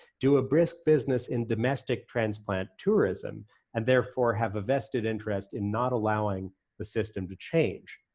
do a brisk business in domestic transplant tourism and therefore have a vested interest in not allowing the system to change.